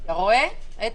הצבעה אושרה.